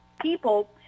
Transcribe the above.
people